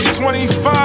25